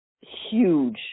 huge